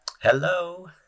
Hello